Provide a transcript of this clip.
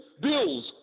bills